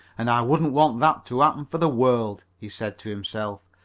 and i wouldn't want that to happen for the world, he said to himself.